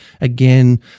again